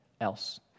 else